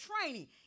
training